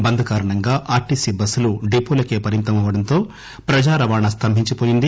బంద్ కారణంగా ఆర్టీసీ బస్సులు డిపోలకే పరిమితమవడంతో ప్రజారవాణా స్తంభించిపోయింది